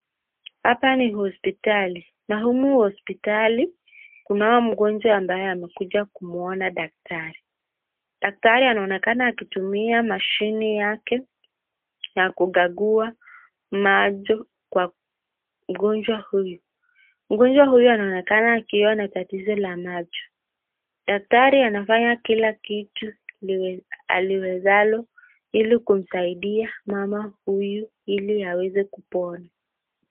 Hapa ni hospitali na humu hospitali kunao mgonjwa ambaye amekuja kumwona daktari, daktari anaonekana akitumia mashine yake na kukagua macho kwa mgonjwa huyu, mgonjwa huyu anaonekana akiwa na tatizo la macho, daktari anafanya kila kitu aliwezalo ili kumsaidia mama huyu ili aweze kupona